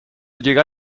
llega